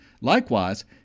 Likewise